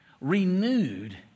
renewed